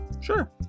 Sure